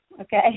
okay